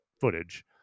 footage